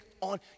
on